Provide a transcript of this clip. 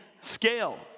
scale